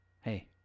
hey